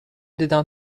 دیدم